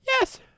Yes